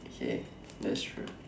okay that's true